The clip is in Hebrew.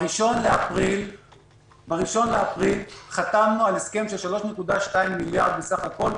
בראשון לאפריל חתמנו על הסכם של 3.2 מיליארד בסך הכול,